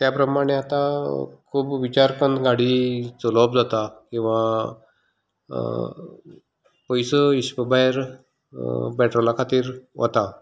ते प्रमाणे आतां खूब विचार करून गाडी चलोवप जाता किंवा पयसो हिसपा भायर पेट्रोला खातीर वता